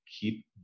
keep